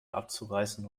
abzureißen